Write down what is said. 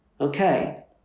Okay